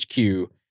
HQ